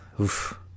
Oof